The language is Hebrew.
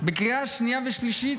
יותר מעשרה דיונים לקריאה השנייה והשלישית,